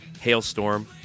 Hailstorm